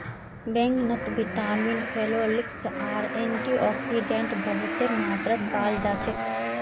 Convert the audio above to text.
बैंगनत vitamin, phenolics आर antioxidant बहुतेर मात्रात पाल जा छेक